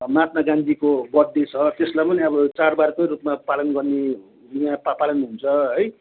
महात्मा गान्धीको बर्थडे छ त्यसलाई पनि अब चाडबाडकै रूपमा पालन गर्ने यहाँ पा पालन हुन्छ है